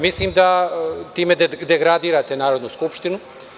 Mislim da time degradirate Narodnu skupštinu.